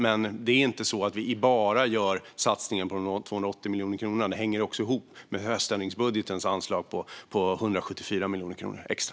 Men det är inte så att vi bara gör satsningen med de 280 miljoner kronorna. Det hänger ihop med höständringsbudgetens anslag på 174 miljoner kronor extra.